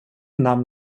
namn